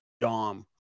dom